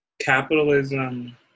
capitalism